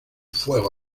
fuego